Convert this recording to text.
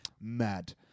mad